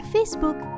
Facebook